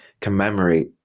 commemorate